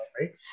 right